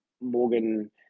Morgan